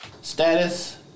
Status